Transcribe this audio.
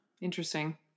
interesting